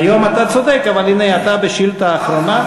היום אתה צודק, אבל, הנה, אתה בשאילתה האחרונה.